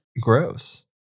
Gross